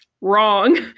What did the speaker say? Wrong